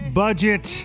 budget